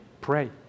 Pray